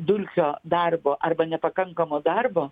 dulkio darbo arba nepakankamo darbo